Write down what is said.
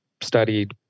studied